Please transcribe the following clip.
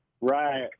right